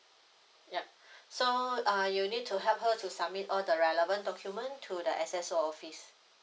yup so uh you need to help her to submit all the relevant document to the S_S_O office